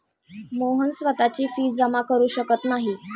मोहन स्वतःची फी जमा करु शकत नाही